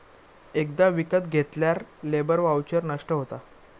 एकदा विकत घेतल्यार लेबर वाउचर नष्ट होता